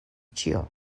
ĉio